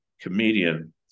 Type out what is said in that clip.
comedian